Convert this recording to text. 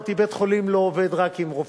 אמרתי שבית-חולים לא עובד רק עם רופאים,